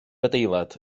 adeilad